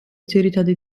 ძირითადი